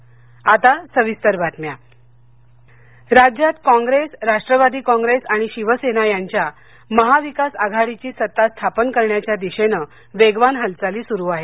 राज्य सरकार स्थापना कॉंग्रेस राष्ट्रवादी कॉंग्रेस आणि शिवसेना यांच्या महाविकास आघाडीची सत्ता स्थापन करण्याच्या दिशेने वेगवान हालचाली सुरु आहेत